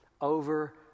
over